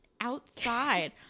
outside